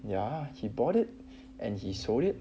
ya he bought it and he sold it